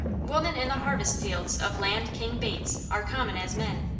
women in the harvest fields of land king bates are common as men,